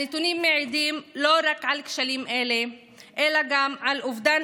הנתונים מעידים לא רק על כשלים אלה אלא גם על אובדן